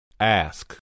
Ask